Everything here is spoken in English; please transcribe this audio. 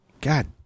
God